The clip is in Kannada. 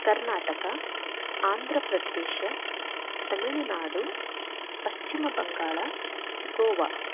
ಕರ್ನಾಟಕ ಆಂಧ್ರ ಪ್ರದೇಶ ತಮಿಳು ನಾಡು ಪಶ್ಚಿಮ ಬಂಗಾಳ ಗೋವಾ